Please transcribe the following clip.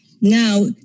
Now